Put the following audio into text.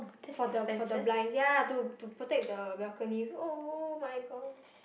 for the for the blinds ya to to protect the balcony oh-my-gosh